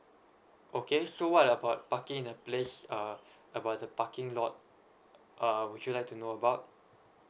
okay so what about parking a place uh about the parking lot uh would you like to know about